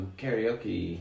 karaoke